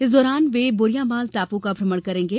इस दौरान वे बोरियामाल टापू का भ्रमण करेंगे